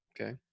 Okay